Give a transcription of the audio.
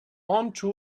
onto